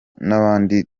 n’abandi